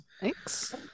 Thanks